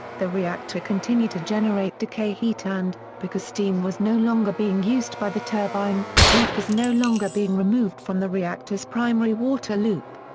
the reactor continued to generate decay heat and, because steam was no longer being used by the turbine, heat was no longer being removed from the reactor's primary water loop.